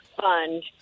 fund